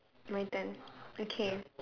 my turn okay